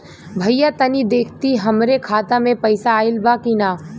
भईया तनि देखती हमरे खाता मे पैसा आईल बा की ना?